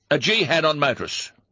a jihad on motorists.